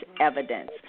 evidence